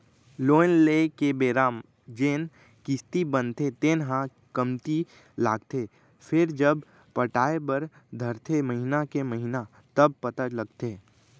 loan लेए के बेरा जेन किस्ती बनथे तेन ह कमती लागथे फेरजब पटाय बर धरथे महिना के महिना तब पता लगथे